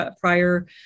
prior